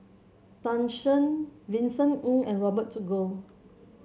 Tan Shen Vincent Ng and Robert Goh